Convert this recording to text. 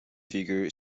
figure